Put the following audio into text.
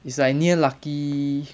it's like near lucky